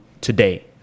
today